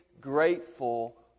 grateful